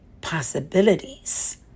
possibilities